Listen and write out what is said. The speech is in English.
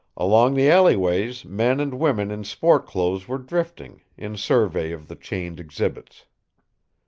along the alleyways, men and women in sport clothes were drifting, in survey of the chained exhibits.